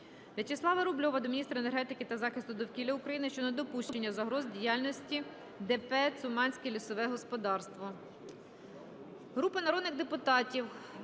В'ячеслава Рубльова до міністра енергетики та захисту довкілля України щодо недопущення загроз діяльності ДП "Цуманське лісове господарство".